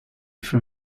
from